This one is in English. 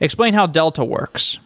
explain how delta works